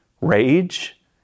rage